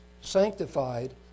sanctified